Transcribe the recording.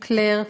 קלייר,